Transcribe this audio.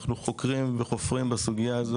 אנחנו חוקרים וחופרים בסוגייה הזו,